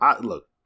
Look